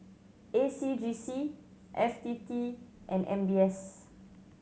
A C J C F T T and M B S